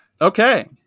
Okay